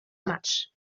much